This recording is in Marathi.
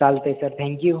चालतं आहे सर थँक्यू